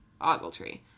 Ogletree